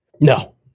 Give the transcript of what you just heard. No